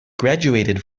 graduated